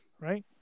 right